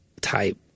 type –